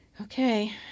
Okay